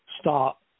stop